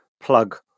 plug